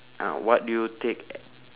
uh what do you take